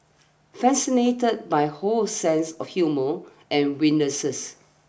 fascinated by Ho's sense of humour and wittinesses